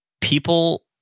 people